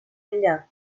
ella